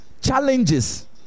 Challenges